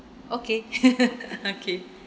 okay okay